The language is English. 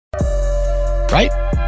Right